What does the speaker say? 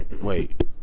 wait